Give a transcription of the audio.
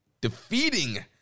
Defeating